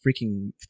freaking